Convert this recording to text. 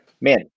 Man